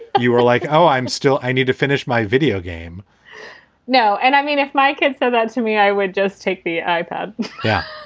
you were like, oh, i'm still i need to finish my video game now and i mean, if my kid so bad to me, i would just take the ipod yeah,